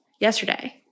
yesterday